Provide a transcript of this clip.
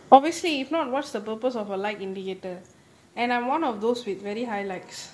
obviously if not what's the purpose of a like indicator and I'm one of those with very high likes